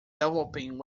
development